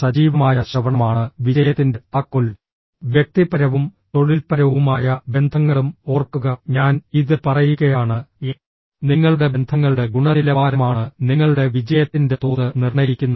സജീവമായ ശ്രവണമാണ് വിജയത്തിൻറെ താക്കോൽ വ്യക്തിപരവും തൊഴിൽപരവുമായ ബന്ധങ്ങളും ഓർക്കുക ഞാൻ ഇത് പറയുകയാണ് നിങ്ങളുടെ ബന്ധങ്ങളുടെ ഗുണനിലവാരമാണ് നിങ്ങളുടെ വിജയത്തിന്റെ തോത് നിർണ്ണയിക്കുന്നത്